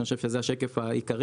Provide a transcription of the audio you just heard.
שאני חושב שזה השקף העיקרי,